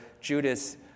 Judas